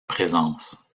présence